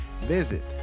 visit